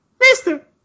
Mister